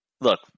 Look